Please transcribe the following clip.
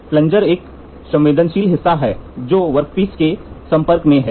plunger एक संवेदनशील हिस्सा है जो वर्कपीस के संपर्क में है